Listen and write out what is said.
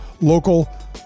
local